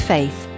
Faith